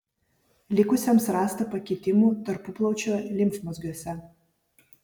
likusiems rasta pakitimų tarpuplaučio limfmazgiuose